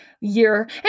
year